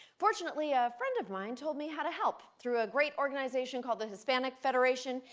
fortunately, a friend of mine told me how to help. through a great organization called the hispanic federation,